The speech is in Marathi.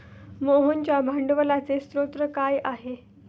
मोहनच्या भांडवलाचे स्रोत काय आहे?